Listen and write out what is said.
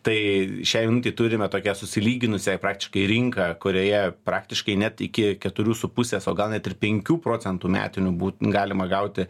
tai šiai minutei turime tokią susilyginusią praktiškai rinką kurioje praktiškai net iki keturių su pusės o gal net ir penkių procentų metinių būt galima gauti